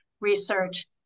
research